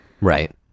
right